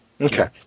Okay